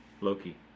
Loki